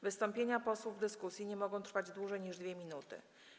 Wystąpienia posłów w dyskusji nie mogą trwać dłużej niż 2 minuty.